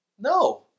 No